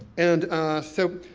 and so,